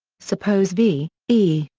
suppose v, e,